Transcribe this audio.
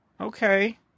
Okay